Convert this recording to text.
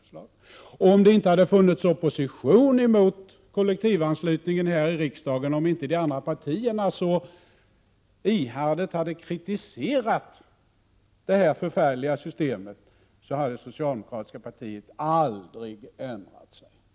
Om det inte här i riksdagen hade funnits opposition mot kollektivanslutningen, om inte de andra partierna så ihärdigt hade kritiserat detta förfärliga system, så hade det socialdemokratiska partiet aldrig ändrat sig.